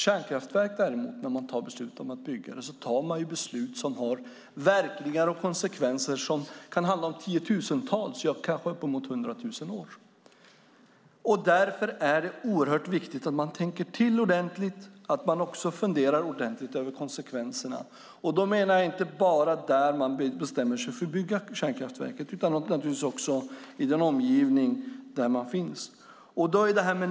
När man däremot fattar beslut om att bygga kärnkraftverk har det verkningar och konsekvenser för tiotusentals och kanske uppemot hundra tusen år. Det är därför oerhört viktigt att man tänker till ordentligt och också funderar ordentligt över konsekvenserna. Jag menar då inte bara där man bestämmer sig för att bygga kärnkraftverket utan också i den omgivning som finns.